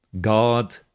God